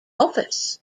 office